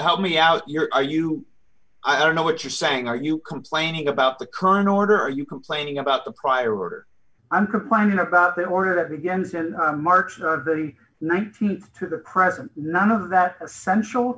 help me out you're are you i don't know what you're saying are you complaining about the current order or you complaining about the prior or i'm complaining about that or that begins in march the th to the present none of that essential